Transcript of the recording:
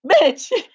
Bitch